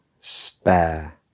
spare